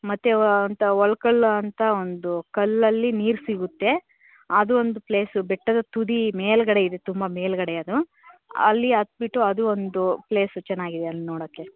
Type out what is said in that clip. ಮತ್ತು ವ ಅಂತ ಒಲ್ಕಲ್ಲು ಅಂತ ಒಂದು ಕಲ್ಲಲ್ಲಿ ನೀರು ಸಿಗುತ್ತೆ ಅದೊಂದು ಪ್ಲೇಸು ಬೆಟ್ಟದ ತುದಿ ಮೇಲ್ಗಡೆ ಇದೆ ತುಂಬ ಮೇಲ್ಗಡೆ ಅದು ಅಲ್ಲಿ ಹತ್ಬಿಟ್ಟು ಅದು ಒಂದು ಪ್ಲೇಸು ಚೆನ್ನಾಗಿದೆ ಅಲ್ಲಿ ನೋಡೋಕ್ಕೆ